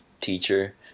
teacher